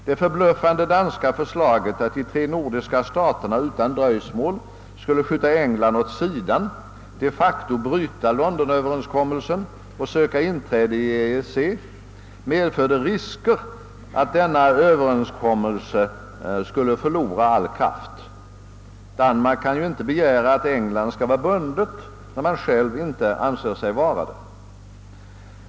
Det förbluffande danska förslaget, att de tre nordiska staterna utan dröjsmål skulle skjuta England åt sidan, de facto bryta Londonöverenskommelsen och söka inträde i EEC, medför risker att denna överenskommelse skulle förlora all kraft. Danmark kan ju inte begära att England skall vara bundet därav, när man själv inte anser sig vara det.